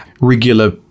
regular